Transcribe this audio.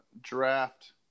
draft